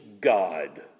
god